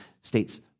states